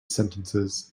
sentences